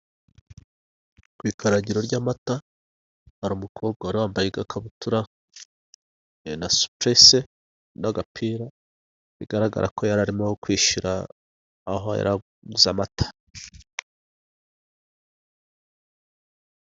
Ku ikaragiro ry'amata hari umukobwa wari wambaye agakabutura na supurese n'agapira. Bigaragara ko yari arimo kwishyura aho yari aguze amata.